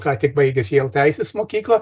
ką tik baigęs jau teisės mokyklą